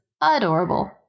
adorable